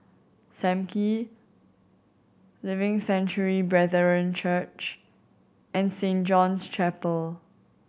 Sam Kee Living Sanctuary Brethren Church and Saint John's Chapel